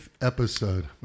episode